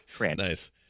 Nice